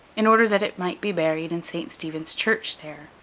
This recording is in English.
in order that it might be buried in st. stephen's church there,